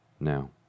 Now